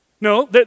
No